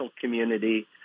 community